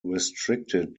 restricted